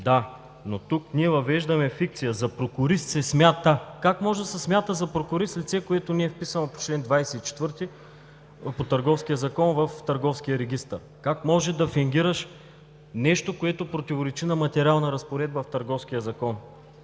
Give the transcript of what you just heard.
Да, но тук ние въвеждаме фикция – „за прокурист се смята“. Как може да се смята за прокурист лице, което не е вписано по чл. 24 от Търговския закон в Търговския регистър? Как може да фингираш нещо, което противоречи на материална разпоредба в Търговския закон?